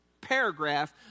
paragraph